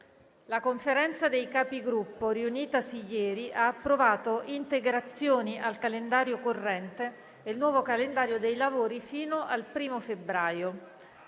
La Conferenza dei Capigruppo, riunitasi ieri, ha approvato integrazioni al calendario corrente e il nuovo calendario dei lavori fino al 1° febbraio.